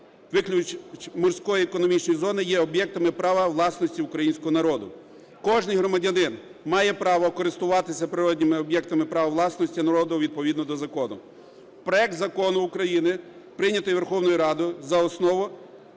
шельфу, морської економічною зоною є об'єктами права власності українського народу. Кожен громадянин має право користуватися природніми об'єктами права власності відповідно до закону. Проект Закону України прийнятий Верховною Радою за основу